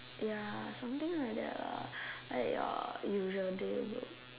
ya something like that lah ya usual bro